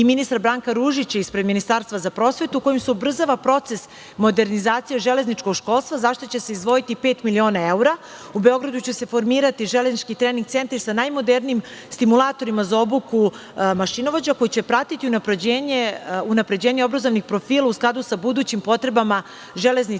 i ministra Branka Ružića ispred Ministarstva za prosvetu, kojim se ubrzava proces modernizacije železničkog školstva, za šta će se izdvojiti pet miliona evra. U Beogradu će se formirati železnički trening centar sa najmodernijim stimulatorima za obuku mašinovođa, koji će pratiti unapređenje obrazovnih profila u skladu sa budućim potrebama Železnice